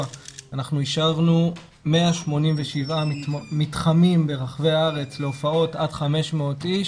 אנחנו אישרנו 187 מתחמים ברחבי הארץ להופעות עד 500 איש.